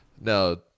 No